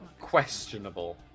questionable